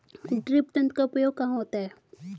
Drip तंत्र का उपयोग कहाँ होता है?